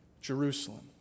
Jerusalem